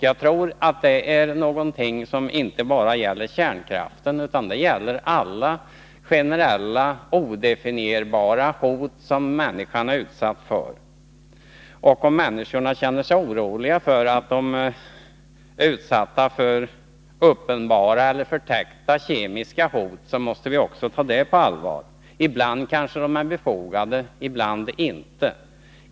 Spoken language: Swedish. Jag tror att det inte bara gäller kärnkraften utan också alla generella, odefinierbara hot som människan är utsatt för. Om människorna känner oro, om de tycker sig vara utsatta för uppenbara eller förtäckta kemiska hot, måste vi ta det på allvar. Ibland är det befogat, ibland inte.